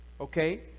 Okay